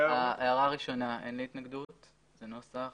להערה הראשונה, אין לי התנגדות לנוסח.